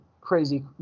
crazy